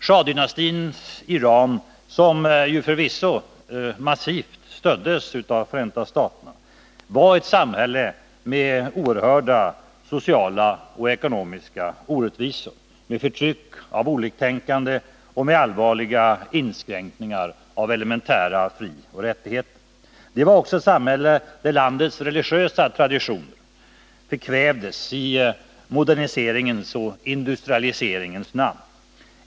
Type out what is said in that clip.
Schahdynastins Iran, som förvisso massivt stöddes av Förenta staterna, var ett samhälle med oerhörda sociala och ekonomiska orättvisor med förtryck av oliktänkande och med allvarliga inskränkningar i elementära frioch rättigheter. Det var också ett samhälle där landets religiösa traditioner förkvävdes i moderniseringens och industrialiseringens namn.